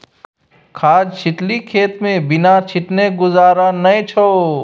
खाद छिटलही खेतमे बिना छीटने गुजारा नै छौ